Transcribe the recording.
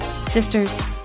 Sisters